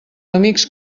amics